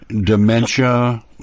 Dementia